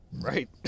Right